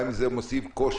גם אם זה מוסיף קושי.